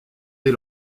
des